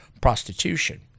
prostitution